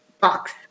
box